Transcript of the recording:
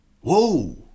whoa